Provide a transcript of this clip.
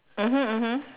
mmhmm mmhmm